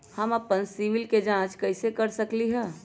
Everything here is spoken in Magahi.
हम अपन सिबिल के जाँच कइसे कर सकली ह?